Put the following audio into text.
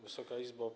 Wysoka Izbo!